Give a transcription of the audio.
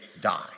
die